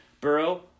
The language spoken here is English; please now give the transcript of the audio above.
Burrow